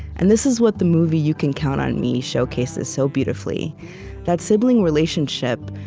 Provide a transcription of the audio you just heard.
and this is what the movie you can count on me showcases so beautifully that sibling relationship,